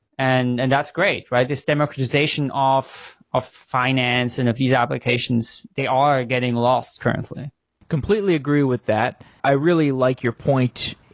and and that's great, right? this democratization of finance and of these applications, they are getting lost currently completely agree with that. i really like your point,